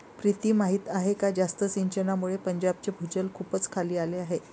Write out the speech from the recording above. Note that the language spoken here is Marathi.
प्रीती माहीत आहे का जास्त सिंचनामुळे पंजाबचे भूजल खूपच खाली आले आहे